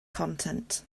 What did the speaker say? content